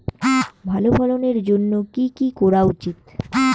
ভালো ফলনের জন্য কি কি করা উচিৎ?